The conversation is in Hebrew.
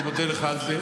אני מודה לך על זה.